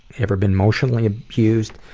every been emotionally abused?